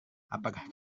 apakah